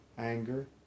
anger